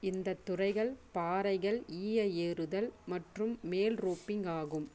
இந்த துறைகள் பாறைகள் ஈய ஏறுதல் மற்றும் மேல் ரோப்பிங் ஆகும்